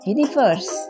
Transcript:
Universe